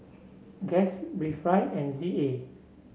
Guess Breathe Right and Z A